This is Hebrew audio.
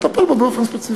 נטפל בו באופן ספציפי.